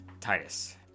Titus